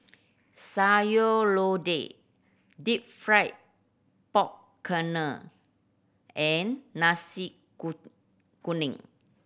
Sayur Lodeh Deep Fried Pork Knuckle and nasi kuning